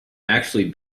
actually